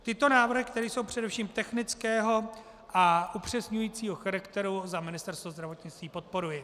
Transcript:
Tyto návrhy, které jsou především technického a upřesňujícího charakteru, za Ministerstvo zdravotnictví podporuji.